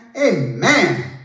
Amen